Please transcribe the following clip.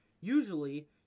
Usually